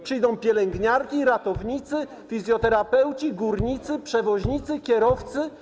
Przyjdą pielęgniarki, ratownicy, fizjoterapeuci, górnicy, przewoźnicy, kierowcy.